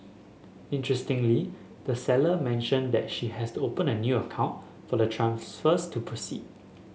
interestingly the seller mentioned that she has to open a new account for the transfers to proceed